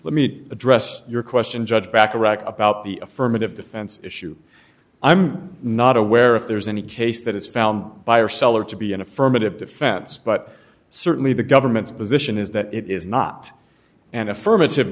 let me address your question judge bacharach about the affirmative defense issue i'm not aware if there's any case that is found by or seller to be an affirmative defense but certainly the government's position is that it is not an affirmative